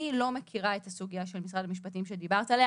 אני לא מכירה את ההסכם עם משרד המשפטים שהוזכר כאן,